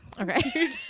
okay